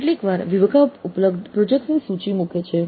કેટલીકવાર વિભાગ ઉપલબ્ધ પ્રોજેક્ટ્સ ની સૂચિ મૂકે છે